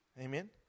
Amen